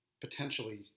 potentially